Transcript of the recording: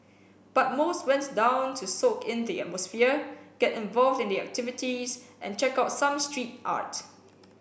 but most went down to soak in the atmosphere get involved in the activities and check out some street art